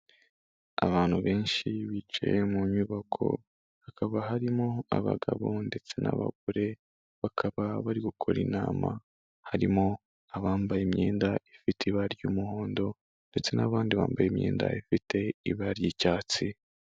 Abantu benshi bicaye mu nyubako hakaba harimo abagabo ndetse n'abagore, bakaba bari gukora inama harimo abambaye imyenda ifite ibara ry'umuhondo ndetse n'abandi bambaye imyenda ifite ibara ry'icyatsi.